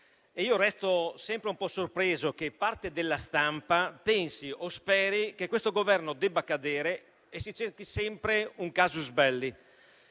Resto sempre un po' sorpreso che parte della stampa pensi o speri che questo Governo debba cadere e si cerchi sempre un *casus belli*.